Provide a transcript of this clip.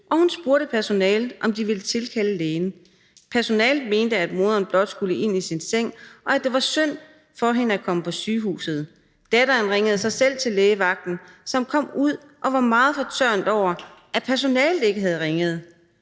og hun spurgte personalet, om de ville tilkalde lægen. Personalet mente, at moderen blot skulle ind i sin seng og at det var synd for hende at komme på sygehuset. Datteren ringede selv til lægevagten, som kom ud og var meget fortørnet over, at personalet ikke havde ringet.